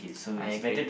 I agree